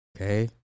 Okay